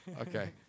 Okay